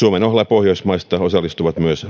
pohjoismaista osallistuvat myös